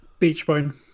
Beachbone